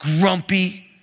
grumpy